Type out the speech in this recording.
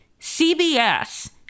CBS